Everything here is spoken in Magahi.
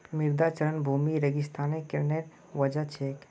मृदा क्षरण भूमि रेगिस्तानीकरनेर वजह छेक